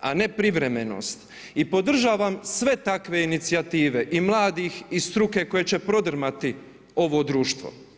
a ne privremenost i podržavam sve takve inicijative i mladih i struke koji će prodrmati ovo društvo.